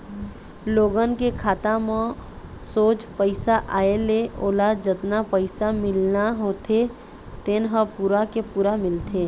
लोगन के खाता म सोझ पइसा आए ले ओला जतना पइसा मिलना होथे तेन ह पूरा के पूरा मिलथे